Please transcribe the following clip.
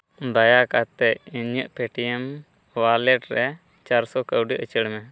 ᱫᱟᱭᱟ ᱠᱟᱛᱮ ᱤᱧᱟᱹᱜ ᱯᱮᱴᱤᱭᱮᱢ ᱚᱣᱟᱞᱮᱴ ᱨᱮ ᱪᱟᱨᱥᱚ ᱠᱟᱹᱣᱰᱤ ᱩᱪᱟᱹᱲ ᱢᱮ